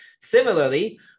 Similarly